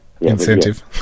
incentive